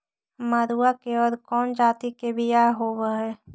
मडूया के और कौनो जाति के बियाह होव हैं?